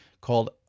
called